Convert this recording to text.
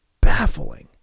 baffling